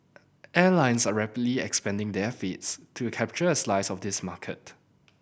airlines are rapidly expanding their fleets to capture a slice of this market